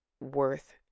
worth